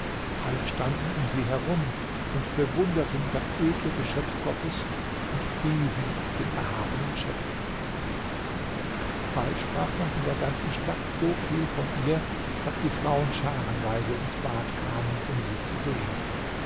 alle standen um sie herum und bewunderten das edle geschöpf gottes und priesen den erhabenen schöpfer bald sprach man in der ganzen stadt so viel von ihr daß die frauen scharenweise ins bad kamen um sie zu sehen